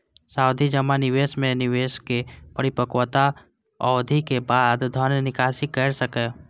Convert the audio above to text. सावधि जमा निवेश मे निवेशक परिपक्वता अवधिक बादे धन निकासी कैर सकैए